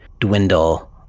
dwindle